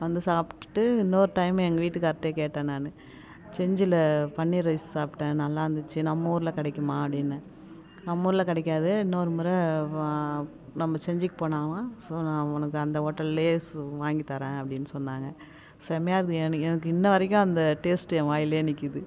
வந்து சாப்பிட்டு இன்னொரு டைம் எங்கள் வீட்டுக்காரர்கிட்ட கேட்டேன் நான் செஞ்சியில் பனீர் ரைஸ் சாப்பிட்டேன் நல்லாயிருந்திச்சி நம்ம ஊரில் கிடைக்குமா அப்படின்னு நம்மூரில் கிடைக்காது இன்னொரு முறை நம்ம செஞ்சிக்கு போனாவா உனக்கு அந்த ஹோட்டலிலே வாங்கித்தரேன் அப்படினு சொன்னாங்க செமயாக இருக்குது எனக்கு இன்னிவரைக்கும் அந்த டேஸ்ட் என் வாயிலே நிற்கிது